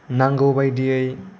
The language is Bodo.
नांगौ बायदियै